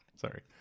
Sorry